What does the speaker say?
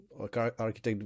architect